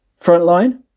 Frontline